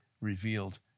revealed